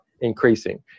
increasing